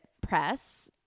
press